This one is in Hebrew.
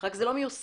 רק זה לא מיושם.